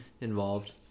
involved